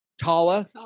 Tala